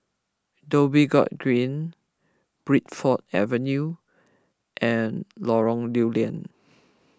Dhoby Ghaut Green Bridport Avenue and Lorong Lew Lian